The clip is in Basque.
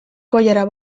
koilara